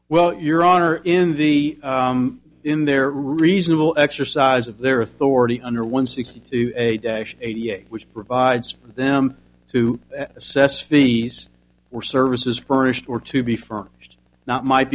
well your honor in the in their reasonable exercise of their authority under one sixty to eighty eight which provides for them to assess fee for services furnished or to be furnished not might